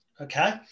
Okay